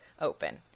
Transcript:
open